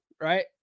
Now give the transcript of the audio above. right